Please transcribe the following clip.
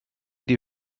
die